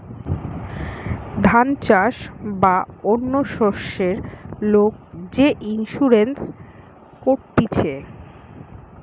ধান চাষ বা অন্য শস্যের লোক যে ইন্সুরেন্স করতিছে